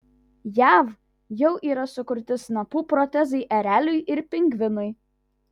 jav jau yra sukurti snapų protezai ereliui ir pingvinui